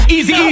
Easy